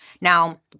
Now